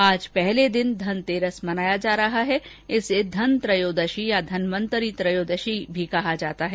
आज पहले दिन धनतेरस मनाया जा रहा है इसे धन त्रयोदशी या धनवंतरि त्रयोदशी भी कहा जाता है